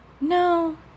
No